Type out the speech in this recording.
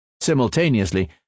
Simultaneously